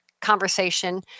conversation